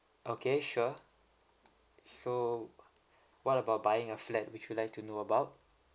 okay sure so what about buying a flat which you like to know about